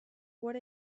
what